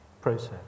process